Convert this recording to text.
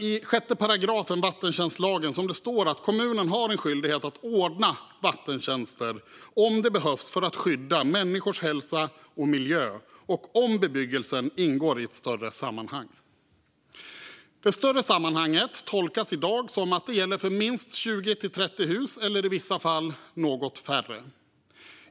I 6 § vattentjänstlagen står det att kommunen har en skyldighet att ordna vattentjänster om det behövs för skyddet av människors hälsa och miljö och om bebyggelsen ingår i ett större sammanhang. Det större sammanhanget tolkas i dag som att det gäller för minst 20 till 30 hus eller i vissa fall något färre.